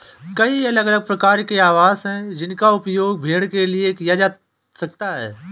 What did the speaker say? कई अलग अलग प्रकार के आवास हैं जिनका उपयोग भेड़ के लिए किया जा सकता है